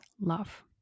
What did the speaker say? love